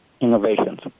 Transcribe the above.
Innovations